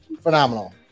phenomenal